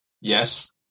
Yes